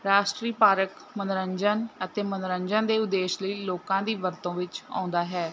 ਰਾਸ਼ਟਰੀ ਪਾਰਕ ਮਨੋਰੰਜਨ ਅਤੇ ਮਨੋਰੰਜਨ ਦੇ ਉਦੇਸ਼ ਲਈ ਲੋਕਾਂ ਦੀ ਵਰਤੋਂ ਵਿੱਚ ਆਉਂਦਾ ਹੈ